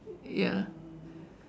ya